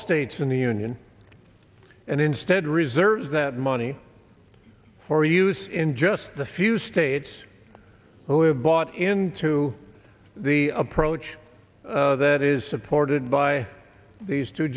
states in the union and instead reserves that money for use in just the few states who have bought into the approach that is supported by these two